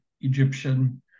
Egyptian